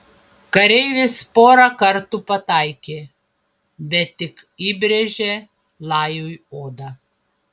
kareivis porą kartų pataikė bet tik įbrėžė lajui odą